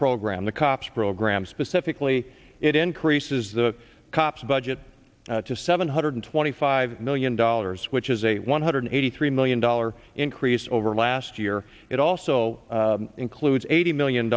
program the cops program specifically it increases the cops budget to seven hundred twenty five million dollars which is a one hundred eighty three million dollar increase over last year it also includes eighty million